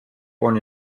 born